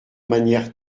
manière